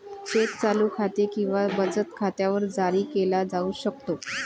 check चालू खाते किंवा बचत खात्यावर जारी केला जाऊ शकतो